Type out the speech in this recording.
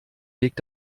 legt